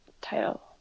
title